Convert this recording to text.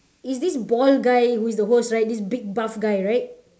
is this bald guy who is the host right this big buff guy right